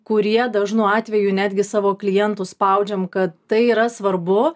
kurie dažnu atveju netgi savo klientus spaudžiam kad tai yra svarbu